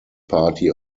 party